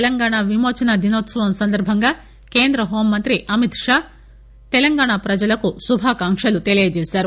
తెలంగాణ విమోచన దినోత్సవం సందర్భంగా కేంద్ర హోంమంత్రి అమిత్ షా తెలంగాణ ప్రజలకు శుభాకాంక్షలు తెలియజేశారు